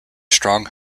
strong